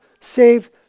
save